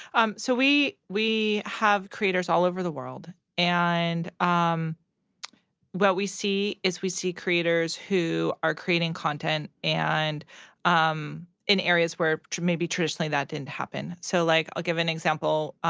um so we we have creators all over the world and um what we see is we see creators who are creating content and um in areas where maybe traditionally that didn't happen. so, like, i'll give an example.